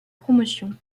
promotion